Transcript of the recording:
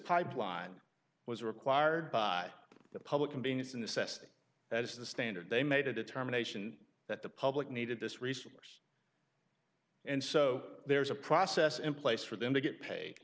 pipeline was required by the public and being in the sest as the standard they made a determination that the public needed this resource and so there's a process in place for them to get paid